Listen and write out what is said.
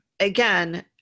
Again